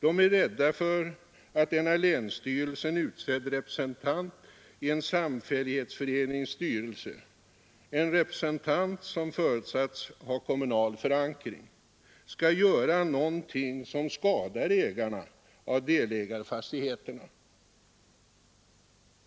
De är rädda för att en av länsstyrelsen utsedd representant i en samfällighetsförenings styrelse — en representant som förutsatts ha kommunal förankring — skall göra någonting som skadar ägarna av delägarfastigheterna.